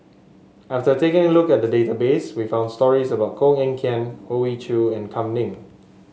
after taking a look at the database we found stories about Koh Eng Kian Hoey Choo and Kam Ning